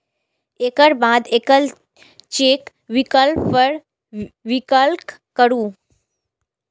एकर बाद एकल चेक विकल्प पर क्लिक करू